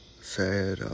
sad